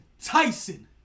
Tyson